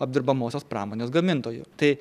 apdirbamosios pramonės gamintojų tai